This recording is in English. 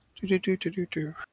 Do-do-do-do-do-do